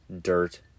Dirt